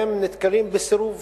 והם נתקלים בסירוב